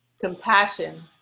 compassion